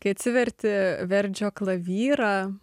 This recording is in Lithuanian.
kai atsiverti verdžio klavyrą